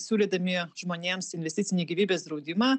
siūlydami žmonėms investicinį gyvybės draudimą